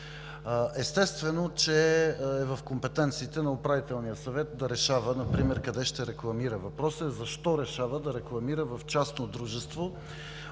Естествено, че е в компетенциите на Управителния съвет да решава например къде ще рекламира. Въпросът е защо решава да рекламира в частно дружество